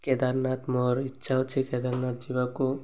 କେଦାରନାଥ ମୋର ଇଚ୍ଛା ଅଛି କେଦାରନାଥ ଯିବାକୁ